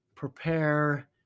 prepare